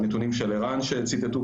הנתונים של ער"ן שציטטו,